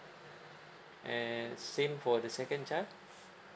and same for the second child